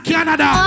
Canada